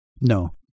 No